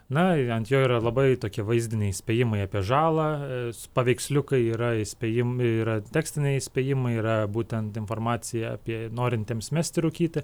na ant jo yra labai tokie vaizdiniai įspėjimai apie žalą paveiksliukai yra įspėjim yra tekstiniai įspėjimai yra būtent informacija apie norintiems mesti rūkyti